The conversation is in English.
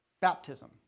Baptism